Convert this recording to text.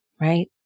right